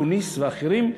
תוניסיה ואחרים.